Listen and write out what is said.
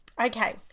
Okay